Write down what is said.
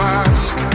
ask